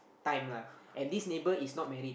time lah and this neighbour is not married